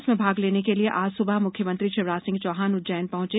इसमें भाग लेने के लिए आज सुबह मुख्यमंत्री शिवराज सिंह चौहान उज्जैन पहुंचे